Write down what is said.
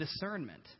discernment